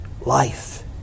Life